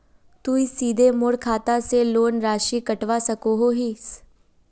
तुई सीधे मोर खाता से लोन राशि कटवा सकोहो हिस?